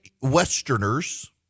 Westerners